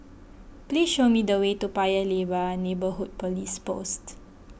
please show me the way to Paya Lebar and Neighbourhood Police Post